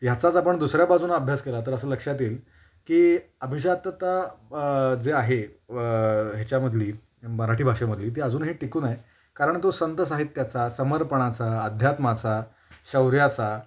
ह्याचाच आपण दुसऱ्या बाजूनं अभ्यास केला तर असं लक्षात येईल की अभिजातता जी आहे व ह्याच्यामधली मराठी भाषेमधली ती अजूनही टिकून आहे कारण तो संतसाहित्याचा समर्पणाचा अध्यात्माचा शौर्याचा